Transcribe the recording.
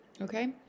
okay